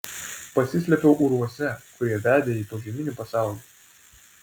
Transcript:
pasislėpiau urvuose kurie vedė į požeminį pasaulį